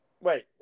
wait